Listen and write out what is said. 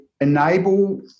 enable